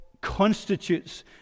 constitutes